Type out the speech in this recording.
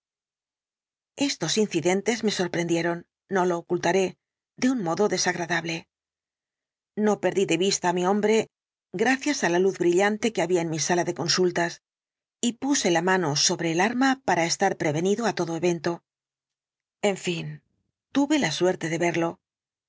estos incidentes me sorprendieron no lo ocultaré de un modo desagradable no perdí de vista á mi hombre gracias á la relación del dr lanyón luz brillante que había en mi sala de consultas y puse la mano sobre el arma para estar prevenido á todo evento en fin tuve la suerte de verlo